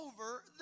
over